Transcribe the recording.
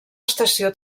estació